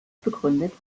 begründet